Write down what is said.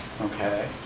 Okay